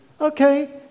Okay